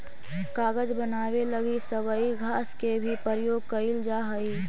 कागज बनावे लगी सबई घास के भी प्रयोग कईल जा हई